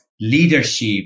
leadership